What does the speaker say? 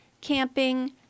camping